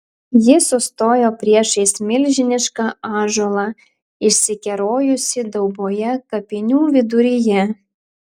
ji sustojo priešais milžinišką ąžuolą išsikerojusį dauboje kapinių viduryje